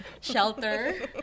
shelter